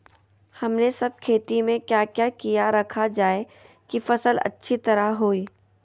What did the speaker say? हमने सब खेती में क्या क्या किया रखा जाए की फसल अच्छी तरह होई?